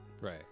Right